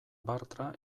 bartra